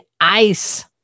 ice